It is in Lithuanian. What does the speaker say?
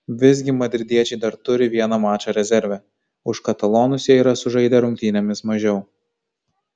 visgi madridiečiai dar turi vieną mačą rezerve už katalonus jie yra sužaidę rungtynėmis mažiau